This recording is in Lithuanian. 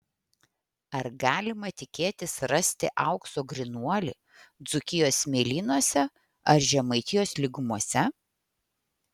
ar galima tikėtis rasti aukso grynuolį dzūkijos smėlynuose ar žemaitijos lygumose